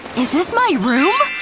is this my room?